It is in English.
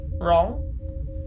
Wrong